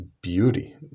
beauty